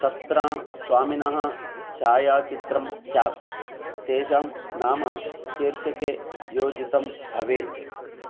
तत्र स्वामिनः छायाचित्रं स्यात् तेषां नाम शीर्षके योजितं भवेत्